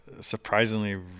surprisingly